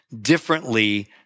differently